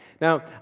Now